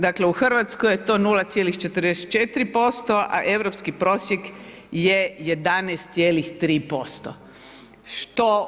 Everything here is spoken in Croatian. Dakle, u Hrvatskoj je to 0,44% a europski prosjek je 11,3%